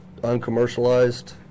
uncommercialized